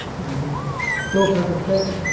and still a perfect fit.